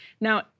Now